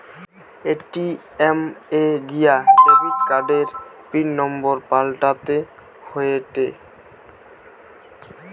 ATM এ গিয়া debit কার্ডের পিন নম্বর পাল্টাতে হয়েটে